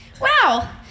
wow